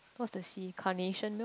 what's the C carnation milk